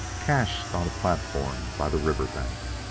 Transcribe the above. cached on a platform by the river bank.